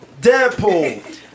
Deadpool